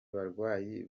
barwayi